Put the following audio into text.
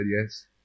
yes